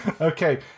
okay